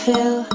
Fill